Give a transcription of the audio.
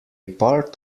part